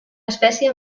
espècie